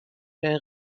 der